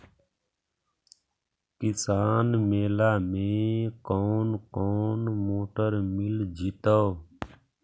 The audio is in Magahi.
किसान मेला में कोन कोन मोटर मिल जैतै?